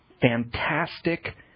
fantastic –